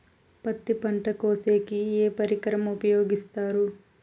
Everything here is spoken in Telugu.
పత్తి పంట కోసేకి ఏ పరికరం ఉపయోగిస్తారు?